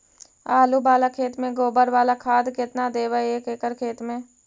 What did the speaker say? आलु बाला खेत मे गोबर बाला खाद केतना देबै एक एकड़ खेत में?